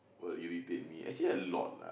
what irritate me actually a lot lah